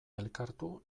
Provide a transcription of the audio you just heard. elkartu